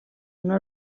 una